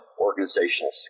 organizational